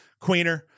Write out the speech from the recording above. queener